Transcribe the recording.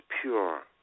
pure